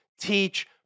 teach